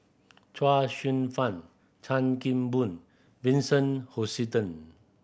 Chuang Hsueh Fang Chan Kim Boon Vincent Hoisington